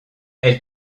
elle